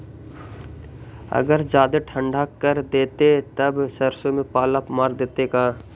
अगर जादे ठंडा कर देतै तब सरसों में पाला मार देतै का?